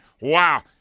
Wow